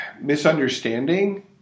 misunderstanding